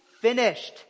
finished